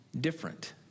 different